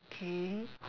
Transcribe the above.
okay